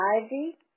Ivy